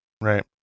right